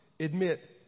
Admit